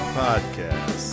podcast